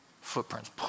footprints